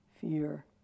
fear